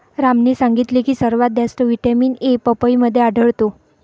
रामने सांगितले की सर्वात जास्त व्हिटॅमिन ए पपईमध्ये आढळतो